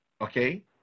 Okay